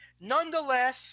Nonetheless